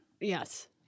Yes